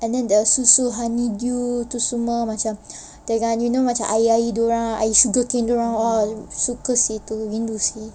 and then the susu honeydew tu semua macam dengan minum macam air-air dia orang air sugar cane dia orang suka seh tu rindu seh